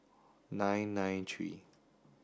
nine nine three